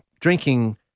drinking